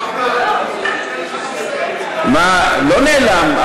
מה, לא נעלם.